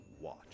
watch